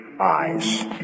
eyes